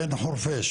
בין חורפיש,